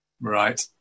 Right